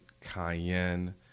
Cayenne